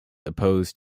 opposed